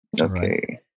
Okay